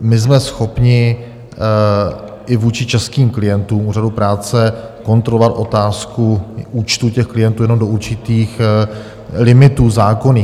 My jsme schopni i vůči českým klientům úřadu práce kontrolovat otázku účtu těch klientů jenom do určitých limitů zákonných.